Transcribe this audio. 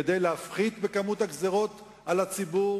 כדי להפחית את הגזירות על הציבור